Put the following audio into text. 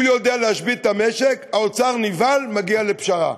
הוא יודע להשבית את המשק, האוצר נבהל, מגיע לפשרה.